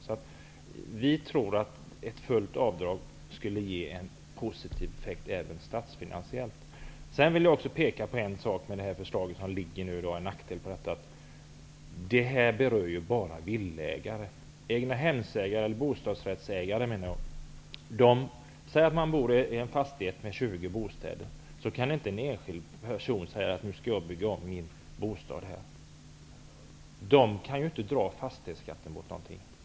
Så vi tror att ett fullt avdrag skulle ge en positiv effekt även statsfinansiellt. Jag vill också peka på en sak med det förslag som föreligger från utskottet. Det berör bara egnahemsägare och bostadsrättsföreningar. Den som bor i en fastighet med 20 bostäder kan inte bygga om sin bostad och utnyttja avdragsmöjligheterna. Enskilda bostadsrättshavare kan ju inte dra av på fastighetsskatten.